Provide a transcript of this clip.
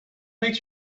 makes